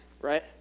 right